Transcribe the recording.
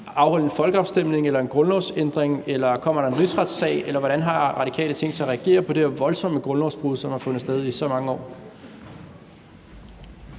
afholde en folkeafstemning eller en grundlovsændring, eller kommer der en rigsretssag? Eller hvordan har Radikale tænkt sig at reagere på det her voldsomme grundlovsbrud, som har fundet sted i så mange år?